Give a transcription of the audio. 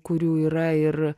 kurių yra ir